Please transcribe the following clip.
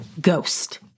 ghost